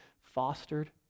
fostered